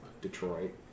Detroit